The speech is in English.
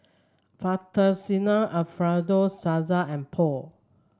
Fettuccine Alfredo Salsa and Pho